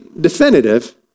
definitive